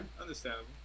Understandable